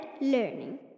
learning